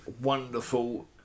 wonderful